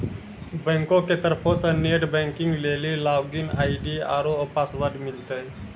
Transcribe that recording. बैंको के तरफो से नेट बैंकिग लेली लागिन आई.डी आरु पासवर्ड मिलतै